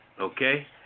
Okay